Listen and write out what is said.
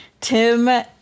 Tim